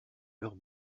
leurs